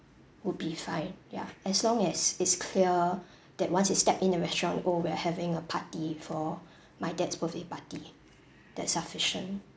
would be fine yeah as long as it's clear that once you step in a restaurant oh we are having a party for my dad's birthday party that's sufficient